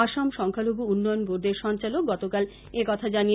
আসাম সংখ্যালঘু উন্নয়ন বোর্ডের সঞ্চালক গতকাল একথা জানান